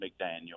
McDaniel